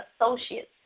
associates